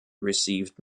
received